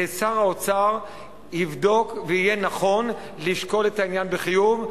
שר האוצר יבדוק ויהיה נכון לשקול את העניין בחיוב,